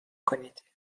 کنید